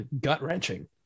gut-wrenching